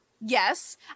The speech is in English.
yes